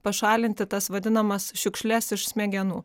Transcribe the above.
pašalinti tas vadinamas šiukšles iš smegenų